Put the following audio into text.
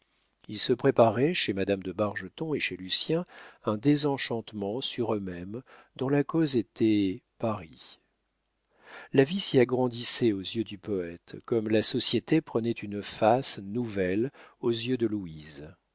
il se préparait chez madame de bargeton et chez lucien un désenchantement sur eux-mêmes dont la cause était paris la vie s'y agrandissait aux yeux du poète comme la société prenait une face nouvelle aux yeux de louise